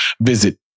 visit